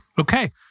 Okay